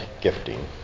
gifting